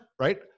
right